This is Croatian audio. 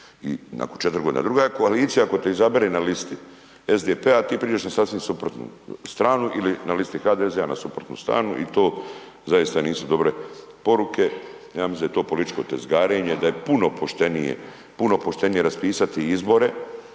i, nakon 4 godine, a druga je koalicija ako te izabere na listi SDP a ti pređeš na sasvim suprotnu stranu ili na listi HDZ-a na suprotnu stranu i to zaista nisu dobre poruke i ja mislim da je to političko tezgarenje, da je puno poštenije, puno